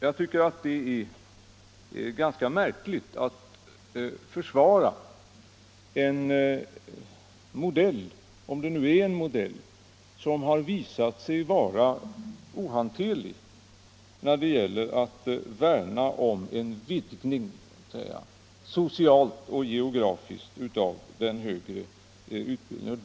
Jag tycker att det är ganska märkligt att ni försvarar en modell — om det nu är en modell —- som visat sig vara ohanterlig när det gäller att värna om en vidgning, socialt och geografiskt, av den högre utbildningen.